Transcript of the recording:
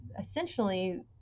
essentially